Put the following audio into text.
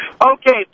Okay